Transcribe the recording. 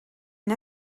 une